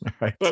Right